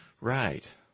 Right